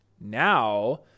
Now